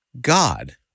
God